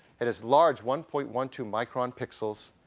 it has large one point one two micron pixels.